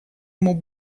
ему